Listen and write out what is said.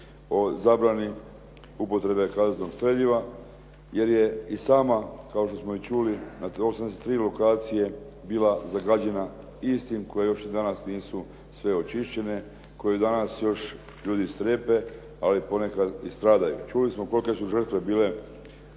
o zabrani upotrebe kazetnog streljiva jer je i sama, kao i što smo čuli, na tri lokacije bila zagađena istim koje još i danas nisu sve očišćene, koje danas još ljudi strepe, ali ponekad i stradaju. Čuli smo kolike su žrtve bile